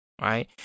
right